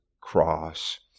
cross